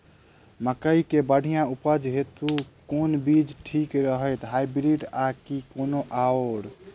मकई केँ बढ़िया उपज हेतु केँ बीज ठीक रहतै, हाइब्रिड आ की कोनो आओर?